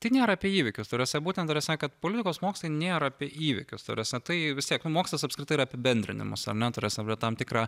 tai nėra apie įvykius ta prasme būtent ta prasme kad politikos mokslai nėra apie įvykius ta prasme tai vis tiek mokslas apskritai yra apibendrinimas ar ne ta prasme apie tam tikrą